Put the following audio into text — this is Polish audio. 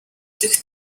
tych